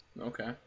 Okay